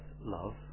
love